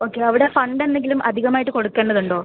okay അവിടെ ഫണ്ടെന്തെങ്കിലും അധികമായിട്ട് കൊടുക്കേണ്ടതുണ്ടോ